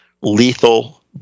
lethal